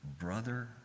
brother